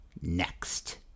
next